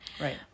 Right